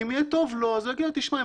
אם יהיה טוב לו אז הוא יגיד: תשמע,